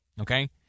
Okay